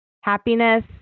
Happiness